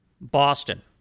Boston